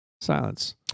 silence